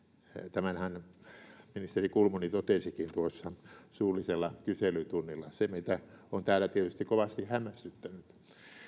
tämänhän ministeri kulmuni totesikin tuossa suullisella kyselytunnilla se meitä on täällä tietysti kovasti hämmästyttänyt